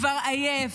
כבר עייף.